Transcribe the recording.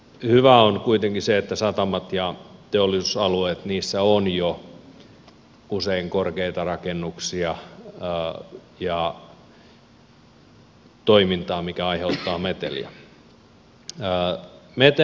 hyvää on kuitenkin se että satamissa ja teollisuusalueilla on jo usein korkeita rakennuksia ja toimintaa mikä aiheuttaa meteliä